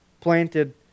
planted